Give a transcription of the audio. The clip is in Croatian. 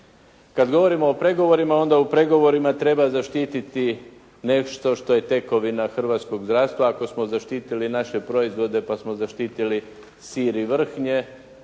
Kada govorimo o pregovorima, onda u pregovorima treba zaštiti nešto što je tekovina hrvatskog zdravstva, ako smo zaštitili naše proizvode, pa smo zaštitili sir i vrhnje,